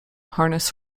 harness